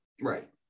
Right